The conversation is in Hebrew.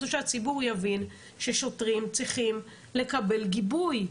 וזה שהציבור יבין ששוטרים צריכים לקבל גיבוי.